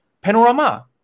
Panorama